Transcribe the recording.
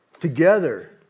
Together